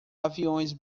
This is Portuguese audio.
aviões